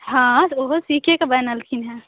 हँ तऽ ओहो सीखेके बनेलखिन हँ